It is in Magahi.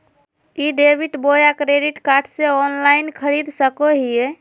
ई डेबिट बोया क्रेडिट कार्ड से ऑनलाइन खरीद सको हिए?